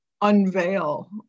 unveil